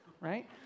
right